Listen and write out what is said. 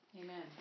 Amen